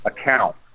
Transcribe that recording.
account